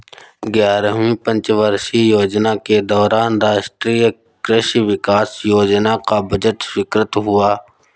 ग्यारहवीं पंचवर्षीय योजना के दौरान राष्ट्रीय कृषि विकास योजना का बजट स्वीकृत हुआ